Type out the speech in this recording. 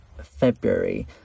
February